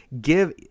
give